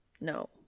No